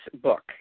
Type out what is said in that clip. book